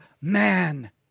man